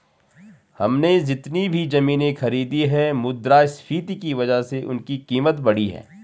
हमने जितनी भी जमीनें खरीदी हैं मुद्रास्फीति की वजह से उनकी कीमत बढ़ी है